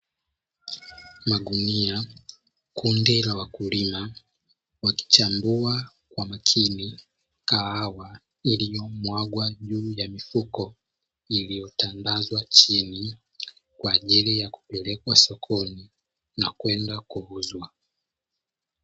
Magunia;l, kundi la wakulima, wakichambua kwa makini kahawa iliyomwagwa juu ya mifuko iliyotandazwa chini, kwa ajili ya kupelekwa sokoni na kwenda kuuzwa.